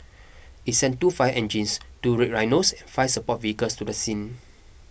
it sent two fire engines two Red Rhinos five support vehicles to the scene